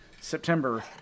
September